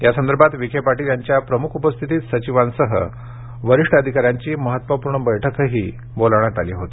या संदर्भात विखे पाटील यांच्या प्रमुख उपस्थितीत सचिवांसह वरिष्ठ अधिकाऱ्यांची महत्वपूर्ण बैठकही बोलावण्यात आली होती